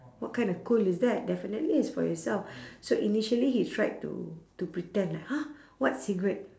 what kind of cool is that definitely it's for yourself so initially he tried to to pretend like !huh! what cigarette